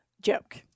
joke